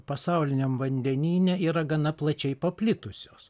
pasauliniam vandenyne yra gana plačiai paplitusios